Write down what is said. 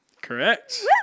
Correct